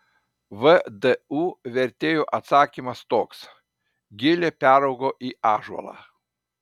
vdu vertėjo atsakymas toks gilė peraugo į ąžuolą